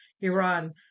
Iran